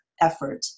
effort